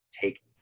take